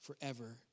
forever